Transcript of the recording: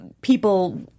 people